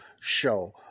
show